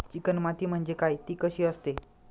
Chicken माती म्हणजे काय? ति कशी असते?